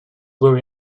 were